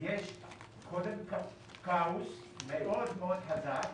יש כאוס מאוד חזק.